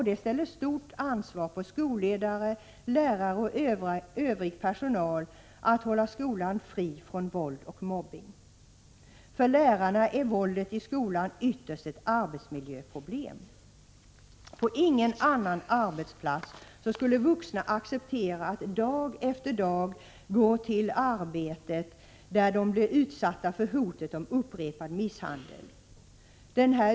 Det ställer ett stort ansvar på skolledare, lärare och övrig skolpersonal att hålla skolan fri från våld och mobbning. För lärarna är våldet i skolan ytterst ett arbetsmiljöproblem. På ingen annan arbetsplats skulle vuxna acceptera att dag efter dag gå till ett arbete där de blir utsatta för hotet om upprepad misshandel.